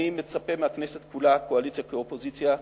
אני מצפה מהכנסת כולה, קואליציה כאופוזיציה,